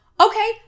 Okay